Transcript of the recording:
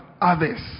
others